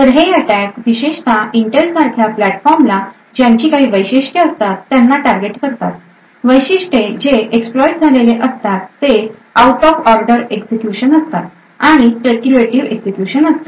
तर हे अटॅक विशेषतः इंटेल सारख्या प्लॅटफॉर्मला ज्यांची काही वैशिष्ट्ये असतात त्यांना टार्गेट करतात वैशिष्ट्ये जे एक्स्प्लॉइट झालेले असतात ते आऊट ऑफ ऑर्डर एक्झिक्युशन असतात आणि स्पेक्युलेटीव एक्झिक्युशन असते